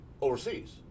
overseas